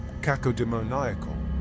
cacodemoniacal